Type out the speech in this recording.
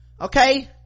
okay